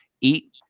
Eat